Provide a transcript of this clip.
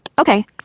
Okay